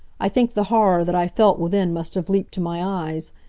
i think the horror that i felt within must have leaped to my eyes,